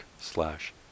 slash